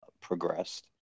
progressed